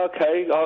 okay